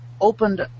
opened